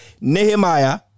Nehemiah